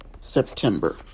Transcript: September